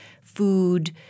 food